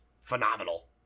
phenomenal